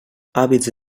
hàbits